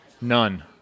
None